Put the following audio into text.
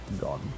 gone